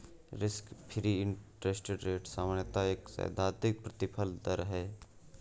risk free interest rate सामान्यतः एक सैद्धांतिक प्रतिफल दर है